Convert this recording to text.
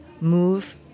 move